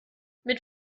mit